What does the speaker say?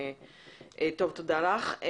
תודה לך.